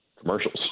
commercials